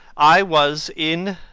i was in